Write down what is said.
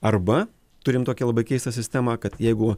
arba turim tokią labai keistą sistemą kad jeigu